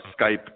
Skype